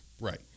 Right